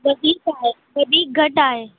वधीक आहे वधीक घटि आहे